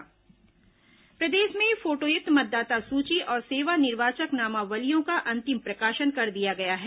मतदाता सूची प्रकाशन प्रदेश में फोटोयुक्त मतदाता सूची और सेवा निर्वाचक नामावलियों का अंतिम प्रकाशन कर दिया गया है